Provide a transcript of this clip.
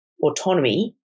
autonomy